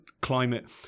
climate